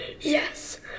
Yes